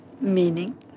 Meaning